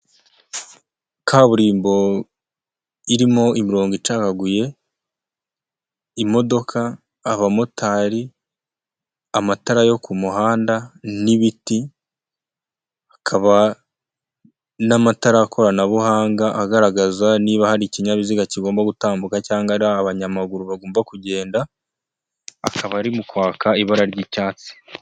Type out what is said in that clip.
Kaburimbo irimo imirongo icagaguye, imodoka, abamotari, amatara yo ku muhanda n'ibiti hakaba n'amatara koranabuhanga, agaragaza niba hari ikinyabiziga kigomba gutambuka cyangwa ari aho abanyamaguru bagomba kugenda, akaba arimo kwaka ibara ry'icyatsi.